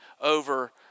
over